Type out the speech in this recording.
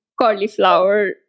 cauliflower